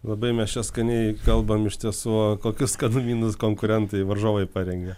labai mes čia skaniai kalbam iš tiesų kokius skanumynus konkurentai varžovai parengė